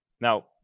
Now